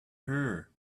her